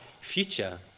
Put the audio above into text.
future